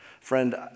Friend